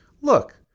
Look